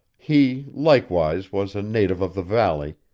he, likewise, was a native of the valley,